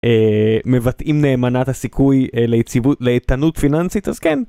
מבטאים נאמנה ת'סיכוי ליציבות, לאיתנות פיננסית אז כן.